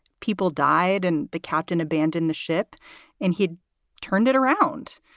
people died and the captain abandoned the ship and he'd turned it around.